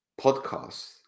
podcast